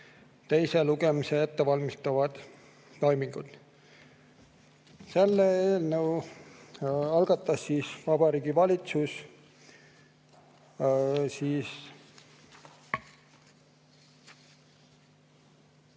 teist lugemist ettevalmistanud toimingud. Selle eelnõu algatas Vabariigi Valitsus ...